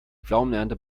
pflaumenernte